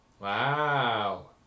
Wow